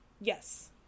Yes